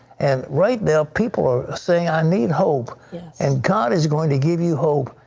and right now people are saying i need hope and god is going to give you hope.